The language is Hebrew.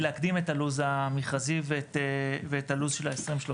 הלוז המכרזי ואת הלוז של ה- 2030,